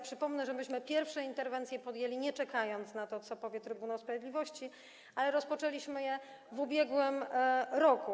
Przypomnę, że myśmy pierwsze interwencje podjęli, nie czekając na to, co powie Trybunał Sprawiedliwości, rozpoczęliśmy je w ubiegłym roku.